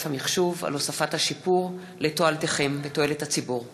המחשוב על הוספת השיפור לתועלתכם ולתועלת הציבור.